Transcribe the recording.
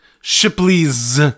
Shipley's